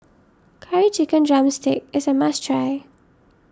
Curry Chicken Drumstick is a must try